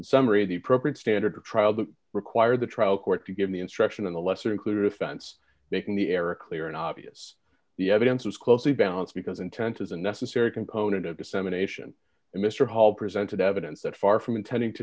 summary of the appropriate standard of trial that required the trial court to give the instruction on the lesser included offense making the error a clear and obvious the evidence was closely balance because intent is a necessary component of dissemination and mr hall presented evidence that far from intending to